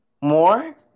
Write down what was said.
More